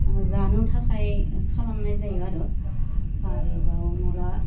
माने जानो थाखाय खालामनाय जायो आरो आरोबाव माबा